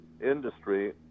industry